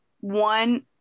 one